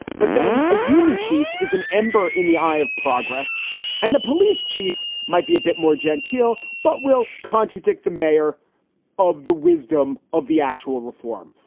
but then a union chief is an ember in the eye of progress and the police chief might be a bit more genteel, but will contradict the mayor of the wisdom of the actual reform.